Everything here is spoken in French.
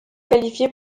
qualifiée